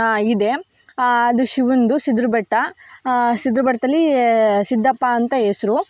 ಇದೆ ಅದು ಶಿವುಂದು ಸಿದ್ಧರ ಬೆಟ್ಟ ಸಿದ್ಧರ ಬೆಟ್ಟದಲ್ಲಿ ಸಿದ್ಧಪ್ಪ ಅಂತ ಹೆಸ್ರು